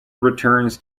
returns